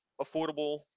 affordable